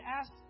ask